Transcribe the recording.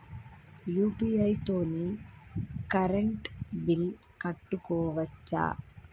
UPI తోని current bill కట్టుకోవచ్ఛా?